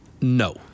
No